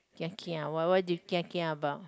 kia why what do you kia kia about